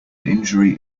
injury